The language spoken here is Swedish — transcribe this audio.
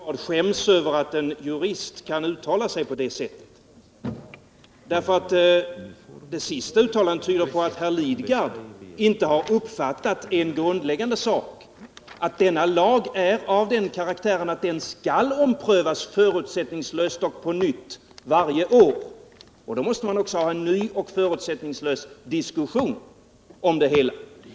Herr talman! Nu måste jag säga att jag i ännu högre grad skäms över att en jurist kan uttala sig på det sättet. Det senaste uttalandet tyder på att herr Lidgard inte har uppfattat det grundläggande att denna lag är av den karaktären att den skall omprövas förutsättningslöst och på nytt varje år. Då måste man också ha en ny och förutsättningslös diskussion.